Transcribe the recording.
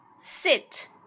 Sit